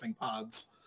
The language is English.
Pods